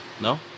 no